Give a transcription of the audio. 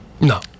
No